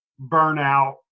burnout